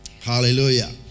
Hallelujah